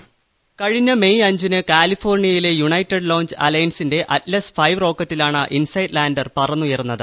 voice കഴിഞ്ഞ May അഞ്ചിന് കാലിഫോർണിയയിലെ യുണൈറ്റഡ് ലോഞ്ച് അലയൻസിന്റെ ആറ്റ്ലസ് ഫൈവ് റോക്കറ്റിലാണ് ഇൻസൈറ്റ് ലാന്റർ പ്പൂന്നുയർന്നത്